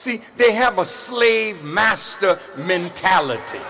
see they have a slave master mentality